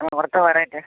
ഇവിടുത്തെ വേറെ ഉണ്ട്